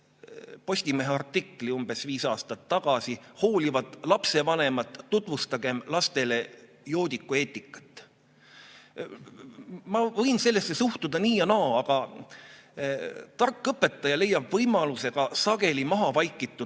Postimehe artikli umbes viis aastat tagasi "Hoolivad lapsevanemad, tutvustagem lastele joodiku eetikat". Ma võin sellesse suhtuda nii ja naa, aga tark õpetaja leiab võimaluse ka sageli maha vaikitud